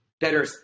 better